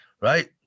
right